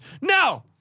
No